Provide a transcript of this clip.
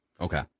Okay